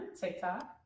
TikTok